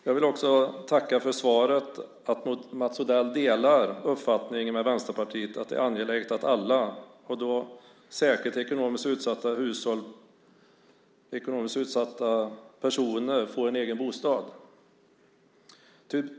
Jag vill också tacka för svaret att Mats Odell delar uppfattning med Vänsterpartiet om att det är angeläget att alla, och särskilt ekonomiskt utsatta personer, får en egen bostad.